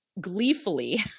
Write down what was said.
gleefully